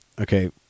okay